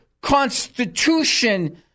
Constitution